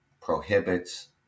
prohibits